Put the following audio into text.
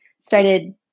started